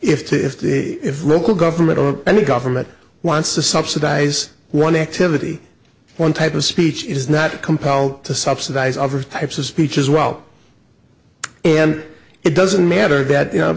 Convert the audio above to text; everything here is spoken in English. the if the if local government or any government wants to subsidize one activity one type of speech is not compelled to subsidize other types of speech as well and it doesn't matter that you